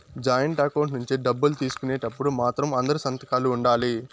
joint account నుంచి డబ్బులు తీసుకునేటప్పుడు మాత్రం అందరి సంతకాలు ఉండాలి